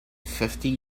fifty